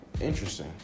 Interesting